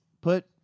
put